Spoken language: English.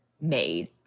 made